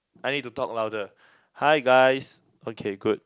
I need to talk louder hi guys okay good